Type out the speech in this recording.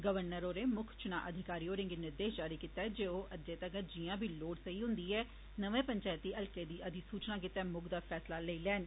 governor होरें मुक्ख चुनांऽ अधिकारी होरें गी निर्देश जारी कीता जे ओह् अज्जै तक्कर जियां बी लोड़ सेई होन्दी ऐ नमें पंचैत हल्कें दी अधिसूचना गितै मुकदा फैसला लेई लैन